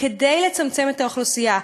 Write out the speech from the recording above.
כדי לצמצם את האוכלוסייה שלהם.